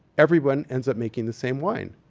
everyone ends up making the same wine.